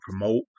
promote